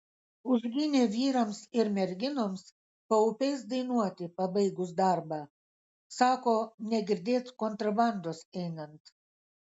užgynė vyrams ir merginoms paupiais dainuoti pabaigus darbą sako negirdėt kontrabandos einant